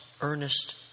earnest